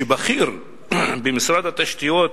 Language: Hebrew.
בכיר במשרד התשתיות,